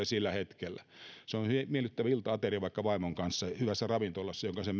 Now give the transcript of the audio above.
sillä hetkellä kun ne tulevat se on miellyttävä ilta ateria vaikka vaimon kanssa hyvässä ravintolassa jonka sen